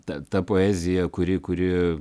ta ta poezija kuri kuri